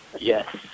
Yes